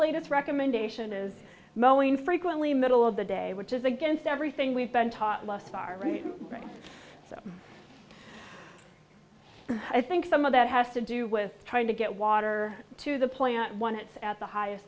latest recommendation is moeen frequently middle of the day which is against everything we've been taught last far so i think some of that has to do with trying to get water to the plant one it's at the highest